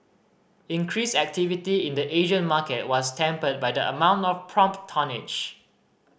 increased activity in the Asian market was tempered by the amount of prompt tonnage